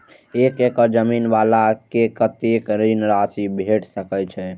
एक एकड़ जमीन वाला के कतेक ऋण राशि भेट सकै छै?